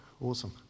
Awesome